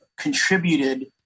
contributed